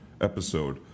episode